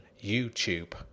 YouTube